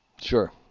Sure